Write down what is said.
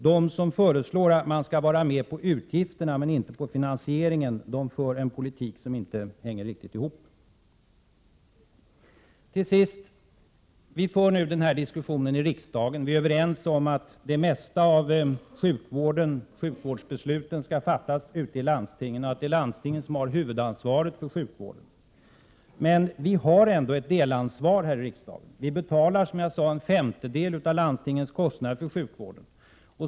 De som föreslår att man skall vara med på utgifterna men inte på en finansiering för en politik som inte hänger ihop. Vi för nu denna diskussion i riksdagen och vi är överens om att de flesta av sjukvårdsbesluten skall fattas ute i landstingen och att det är landstingen som har huvudansvaret för sjukvården. Men vi har ändå ett delansvar här i riksdagen. Vi betalar, som sagt, en femtedel av landstingens kostnader för sjukvården.